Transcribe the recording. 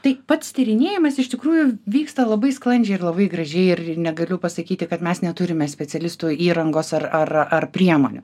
tai pats tyrinėjamas iš tikrųjų vyksta labai sklandžiai ir labai gražiai ir ir negaliu pasakyti kad mes neturime specialistų įrangos ar ar ar priemonių